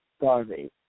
Garvey